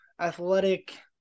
athletic